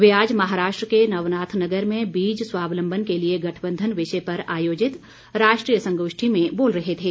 वे आज महाराष्ट्र के नवनाथ नगर में बीज स्वावलम्बन के लिए गठबंधन विषय पर आयोजित राष्ट्रीय संगोष्ठी में बोल रहे थे